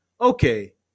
Okay